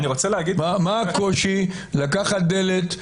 מה הקושי לקחת דלת,